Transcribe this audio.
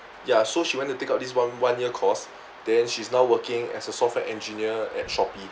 ya so she went to take out this one one year course then she's now working as a software engineer at shopee